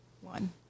one